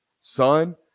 Son